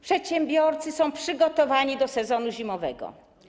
Przedsiębiorcy są przygotowani do sezonu zimowego.